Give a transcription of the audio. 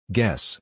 Guess